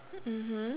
mmhmm